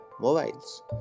mobiles